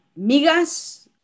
migas